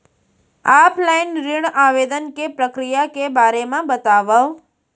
Offline ऋण आवेदन के प्रक्रिया के बारे म बतावव?